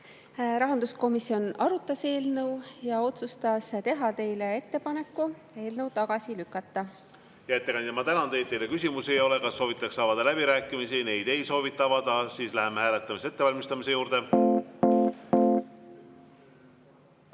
Rahanduskomisjon arutas eelnõu ja otsustas teha teile ettepaneku eelnõu tagasi lükata. Hea ettekandja! Ma tänan teid. Teile küsimusi ei ole. Kas soovitakse avada läbirääkimisi? Ei soovita. Siis läheme hääletamise ettevalmistamise juurde.